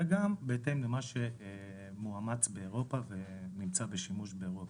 וגם בהתאם למה שמאומץ באירופה ונמצא בשימוש באירופה.